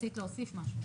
רצית להוסיף משהו?